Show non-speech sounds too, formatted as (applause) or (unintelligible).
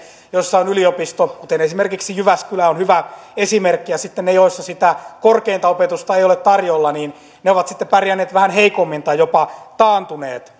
joissa on yliopisto ovat pärjänneet kuten esimerkiksi jyväskylä on hyvä esimerkki ja sitten ne joissa sitä korkeinta opetusta ei ole tarjolla ovat pärjänneet vähän heikommin tai jopa taantuneet (unintelligible)